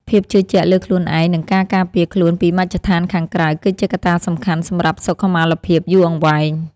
ភាពជឿជាក់លើខ្លួនឯងនិងការការពារខ្លួនពីមជ្ឈដ្ឋានខាងក្រៅគឺជាកត្តាសំខាន់សម្រាប់សុខុមាលភាពយូរអង្វែង។